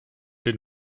den